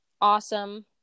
awesome